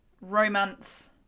romance